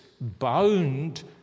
bound